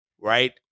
Right